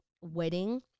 wedding